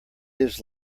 his